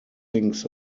things